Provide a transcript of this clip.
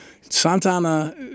Santana